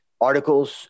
articles